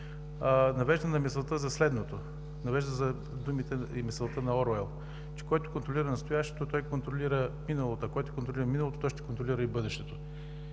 навежда на мисълта за следното, навежда на думите и мисълта на Оруел, че „Който контролира настоящето, той контролира миналото, а който контролира миналото, той ще контролира и бъдещето“.